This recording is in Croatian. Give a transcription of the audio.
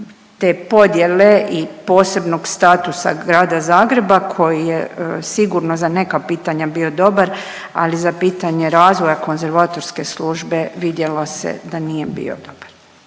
te podjele i posebnog statusa grada Zagreba koji je sigurno za neka pitanja bio dobar ali za pitanje razvoja konzervatorske službe vidjelo se da nije bio dobar.